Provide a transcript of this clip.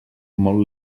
molt